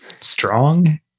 strong